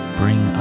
bring